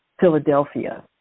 Philadelphia